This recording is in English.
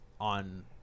on